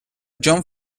john